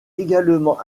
également